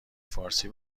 فارسی